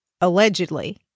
Allegedly